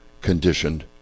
Conditioned